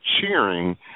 cheering